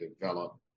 develop